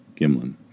Gimlin